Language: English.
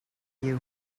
you